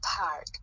park